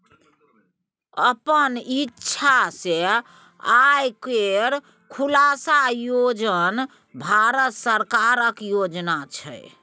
अपन इक्षा सँ आय केर खुलासा योजन भारत सरकारक योजना छै